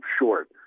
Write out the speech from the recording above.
short